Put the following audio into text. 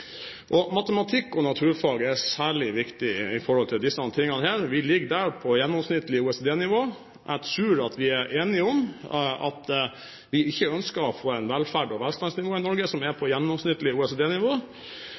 samfunnet. Matematikk og naturfag er særlig viktige i denne sammenhengen. Vi ligger der på et gjennomsnittlig OECD-nivå. Jeg tror vi er enige om at vi ikke ønsker å få et velferds- og velstandsnivå i Norge som er